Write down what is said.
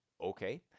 okay